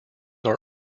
are